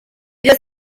byose